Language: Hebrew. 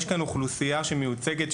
יש כאן אוכלוסיה שמיוצגת,